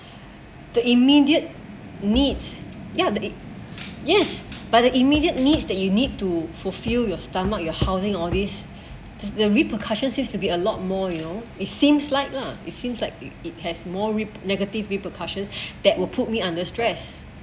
the immediate needs ya the yes but the immediate needs that you need to fulfil your stomach your housing all these to the repercussions used to be a lot more you know it seems like lah it seems like it it has more re~ negative repercussions that will put me under stress